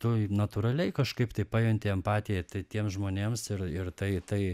tu natūraliai kažkaip tai pajunti empatiją tai tiems žmonėms ir ir tai tai